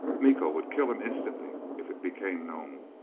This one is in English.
miko would kill him instantly if it became known.